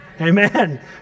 Amen